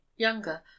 younger